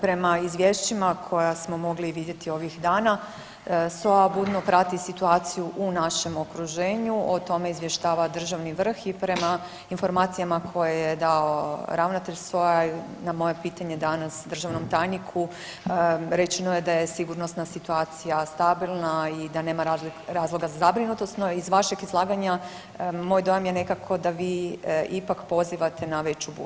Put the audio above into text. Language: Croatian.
Prema izvješćima koja smo mogli vidjeti ovih dana SOA budno prati situaciju u našem okruženju, o tome izvještava državni vrh i prema informacijama koje je dao ravnatelj SOA-e na moje pitanje danas državnom tajniku rečeno je da je sigurnosna situacija stabilna i da nema razloga za zabrinutost, no iz vašeg izlaganja moj dojam je nekako da vi ipak pozivate na veću budnost.